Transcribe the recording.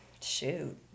Shoot